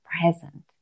present